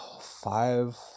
five